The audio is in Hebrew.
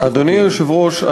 אדוני היושב-ראש,